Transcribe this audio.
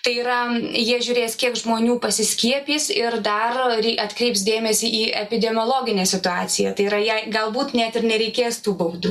tai yra jie žiūrės kiek žmonių pasiskiepys ir dar atkreips dėmesį į epidemiologinę situaciją tai yra jei galbūt net ir nereikės tų baudų